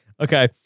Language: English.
Okay